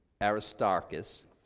Aristarchus